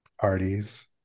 parties